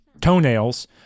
Toenails